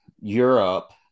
Europe